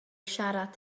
siarad